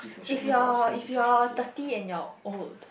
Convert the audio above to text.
if you're if you're thirty and you are old